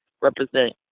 represent